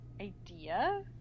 idea